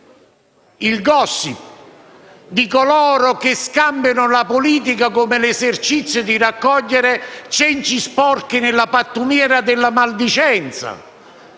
il *gossip* di coloro che scambiano la politica con l'esercizio di raccogliere cenci sporchi nella pattumiera della maldicenza?